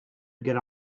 get